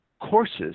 courses